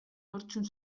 nortzuk